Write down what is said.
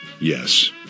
yes